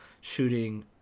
shooting